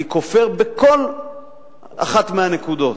אני כופר בכל אחת מהנקודות.